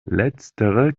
letztere